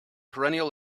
perennial